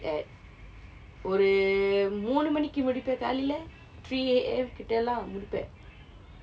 at ஒரு மூணு மணிக்கு முடிப்பேன் காலையில:oru moonu manikku mudippen kaalaiyila three A_M கிட்ட எல்லாம் முடிப்பேன்:kitta ellaam mudippen